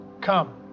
come